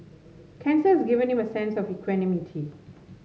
cancer has given him a sense of equanimity